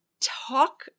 talk